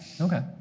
Okay